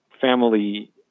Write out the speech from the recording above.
family